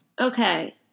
Okay